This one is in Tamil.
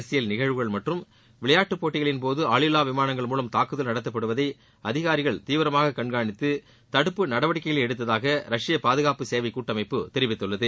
அரசியல் நிகழ்வுகள் மற்றும் விளையாட்டு போட்டிகளின்போது ஆளில்லா விமானங்கள் மூலம் தாக்குதல் நடத்தப்படுவதை அதிகாரிகள் தீவிரமாக கண்காணித்து தடுப்பு நடவடிக்கைகளை எடுத்ததாக ரஷ்ய பாதுகாப்பு சேவை கூட்டமைப்பு தெரிவித்துள்ளது